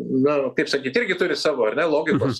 na kaip sakyt irgi turi savo ar ne logikos